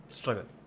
struggle